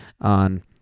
on